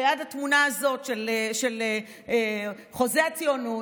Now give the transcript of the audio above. ליד התמונה הזאת של חוזה הציונות,